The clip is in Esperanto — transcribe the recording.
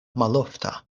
malofta